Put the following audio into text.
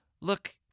look